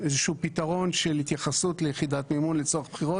פתרון של התייחסות ליחידת המימון לצורך בחירות